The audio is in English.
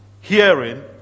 hearing